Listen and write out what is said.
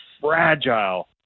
fragile